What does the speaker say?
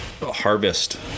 harvest